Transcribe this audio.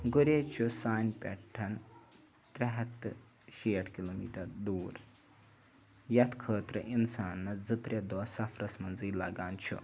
گُریز چھِ سانہِ پٮ۪ٹھ ترٛےٚ ہَتھ تہٕ شیٹھ کِلوٗمیٖٹر دوٗر یَتھ خٲطرٕ اِنسانَس زٕ ترٛےٚ دۄہ سفرَس منٛزٕے لگان چھُ